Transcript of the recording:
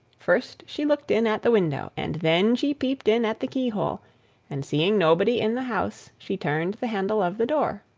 first she looked in at the window, and then she peeped in at the keyhole and seeing nobody in the house, she turned the handle of the door.